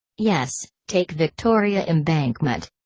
yes, take victoria embankment.